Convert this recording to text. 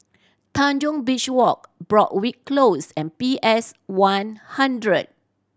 Tanjong Beach Walk Broadrick Close and P S One hundred